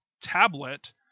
tablet